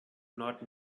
not